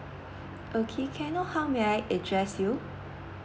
okay can can I know how may I address you